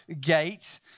Gate